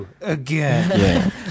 again